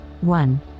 One